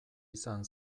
izan